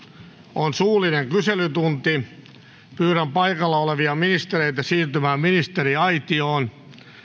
on suullinen kyselytunti pyydän paikalla olevia ministereitä siirtymään ministeriaitioon